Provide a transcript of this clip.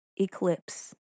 eclipse